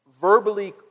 verbally